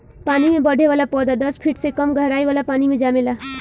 पानी में बढ़े वाला पौधा दस फिट से कम गहराई वाला पानी मे जामेला